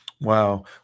Wow